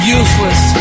useless